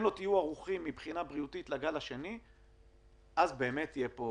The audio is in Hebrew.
לא תהיו ערוכים מבחינה בריאותית לגל השני אז באמת תהיה פה